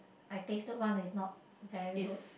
I tasted one is not very good